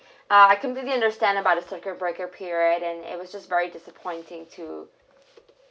uh I completely understand about the circuit breaker period and it was just very disappointing to